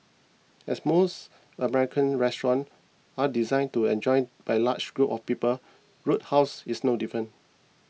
as most American restaurants are designed to enjoyed by large groups of people roadhouse is no different